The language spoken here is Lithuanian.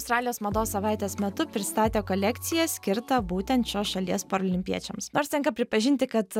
australijos mados savaitės metu pristatė kolekciją skirtą būtent šios šalies paralimpiečiams nors tenka pripažinti kad